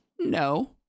No